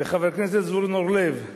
וחבר הכנסת זבולון אורלב,